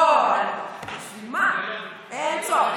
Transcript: לא, אין צורך.